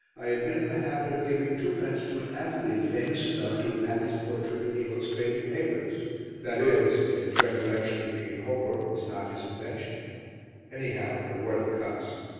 i had been in the habit of giving twopence to an athlete famous enough to have had his portrait in the illustrated papers that is, if his recollection of me in holborn was not his invention anyhow, there were the cups.